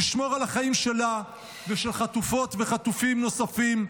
לשמור על החיים שלה ושל חטופות וחטופים נוספים,